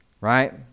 right